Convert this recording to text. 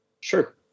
Sure